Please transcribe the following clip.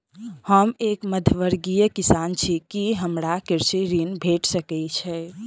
हम एक मध्यमवर्गीय किसान छी, की हमरा कृषि ऋण भेट सकय छई?